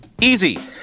Easy